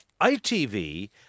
ITV